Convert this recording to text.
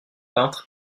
peintre